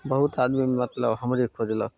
बहुत आदमी मतलब हमरे खोजलक